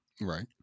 right